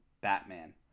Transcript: batman